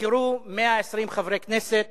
נבחרו 120 חברי כנסת